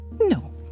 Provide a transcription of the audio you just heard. No